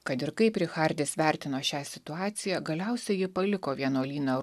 kad ir kaip richardis vertino šią situaciją galiausiai ji paliko vienuolyną